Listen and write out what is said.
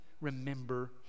remember